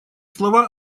слова